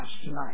tonight